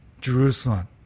Jerusalem